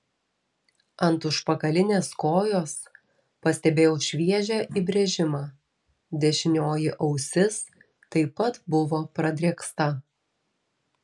ant užpakalinės kojos pastebėjau šviežią įbrėžimą dešinioji ausis taip pat buvo pradrėksta